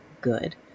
good